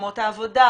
במקומות העבודה,